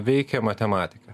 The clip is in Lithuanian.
veikia matematika